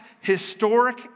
historic